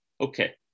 Okay